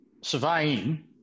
surveying